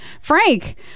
Frank